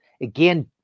Again